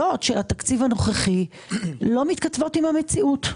של התקציב הנוכחי לא מתכתבות עם המציאות,